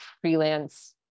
freelance